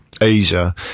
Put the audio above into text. Asia